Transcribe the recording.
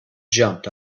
jumped